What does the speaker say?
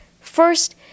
First